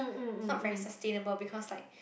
is not very sustainable because like